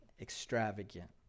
extravagant